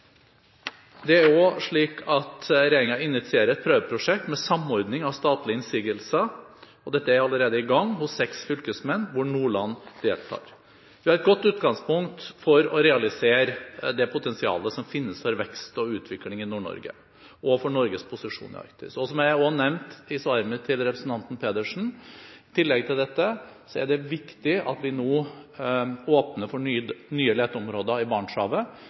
Det er også slik at regjeringen har initiert et prøveprosjekt med samordning av statlige innsigelser, og dette er allerede i gang hos seks fylkesmenn, hvor bl.a. Nordland deltar. Vi har et godt utgangspunkt for å realisere det potensialet som finnes for vekst og utvikling i Nord-Norge og for Norges posisjon i Arktis. Som jeg også nevnte i svaret mitt til representanten Pedersen, er det i tillegg til dette viktig at vi nå åpner for nye leteområder i Barentshavet.